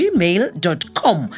Gmail.com